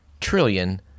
trillion